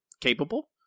capable